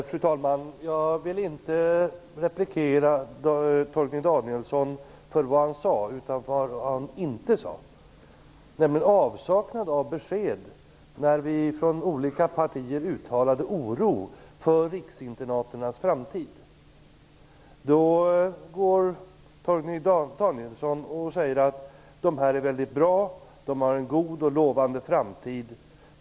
Fru talman! Jag vill inte replikera på det som Torgny Danielsson sade utan på det som han inte sade och på avsaknaden av besked om riksinternatens framtid, vilken det från många partier finns en uttalad oro för. Torgny Danielsson sade att internaten är väldigt bra, att de har en god och lovande framtid.